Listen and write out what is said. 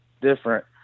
different